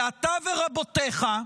ואתה ורבותיך,